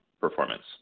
performance